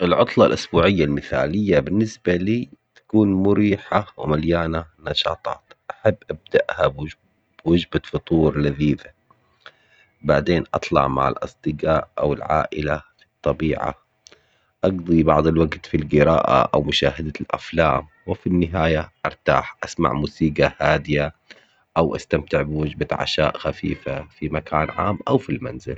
العطلة الأسبوعية المثالية بالنسبة لي تكون مريحة ومليانة نشاطات، أحب أبداها بوجبة فطور لذيذة بعدين أطلع مع الأصدقاء أو العائلة في الطبيعة، أقضي بعض الوقت في القراءة أو مشاهدة الأفلام وفي النهاية أرتاح أسمع موسيقة هادية أو أستمتع بوجبة عشاء خفيفة في مكان عام أو في المنزل.